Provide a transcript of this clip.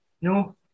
No